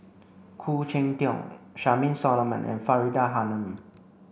Khoo Cheng Tiong Charmaine Solomon and Faridah Hanum